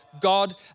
God